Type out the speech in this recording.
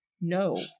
no